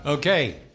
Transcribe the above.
Okay